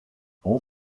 all